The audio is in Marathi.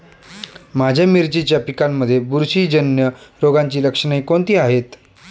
माझ्या मिरचीच्या पिकांमध्ये बुरशीजन्य रोगाची लक्षणे कोणती आहेत?